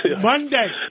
Monday